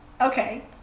Okay